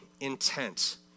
intent